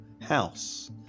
house